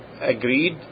agreed